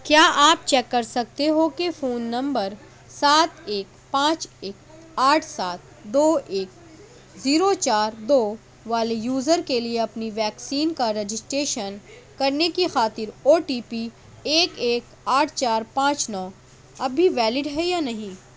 کیا آپ چیک کر سکتے ہو کہ فون نمبر سات ایک پانچ ایک آٹھ سات دو ایک زیرو چار دو والے یوزر کے لیے اپنی ویکسین کا رجسٹریشن کرنے کی خاطر او ٹی پی ایک ایک آٹھ چار پانچ نو اب بھی ویلڈ ہے یا نہیں